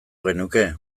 genuke